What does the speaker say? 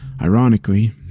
Ironically